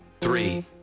three